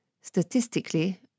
statistically